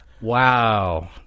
Wow